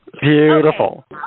Beautiful